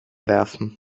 werfen